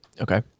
okay